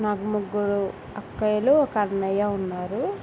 నాకు ముగ్గురు అక్కలు ఒక అన్నయ్య ఉన్నారు